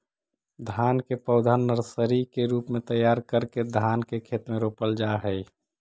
धान के पौधा नर्सरी के रूप में तैयार करके धान के खेत में रोपल जा हइ